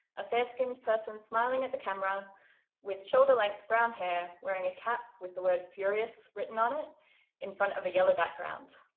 a fair-skinned person smiling at the camera with shoulder-length brown hair wearing a cap with the word furious written on it in front of a yellow background.